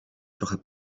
trochę